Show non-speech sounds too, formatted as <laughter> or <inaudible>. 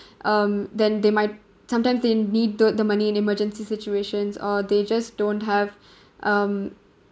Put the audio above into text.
um then they might sometimes they need the the money in emergency situations or they just don't have <breath> um